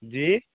जी